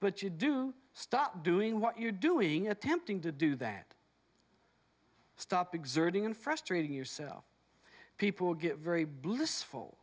but you do stop doing what you're doing attempting to do that stop exerting and frustrating yourself people get very blissful